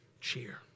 cheer